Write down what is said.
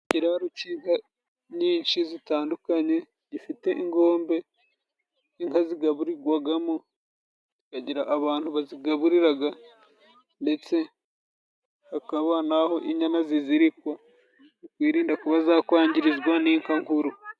Ikiraro c'inka nyinshi zitandukanye, gifite ingombe nka zigaburirwagamo kikagira abantu bazigaburiraga, ndetse hakaba naho inyana zizirikwa, kwirinda kuba zakwangirizwa n'inka nkuru.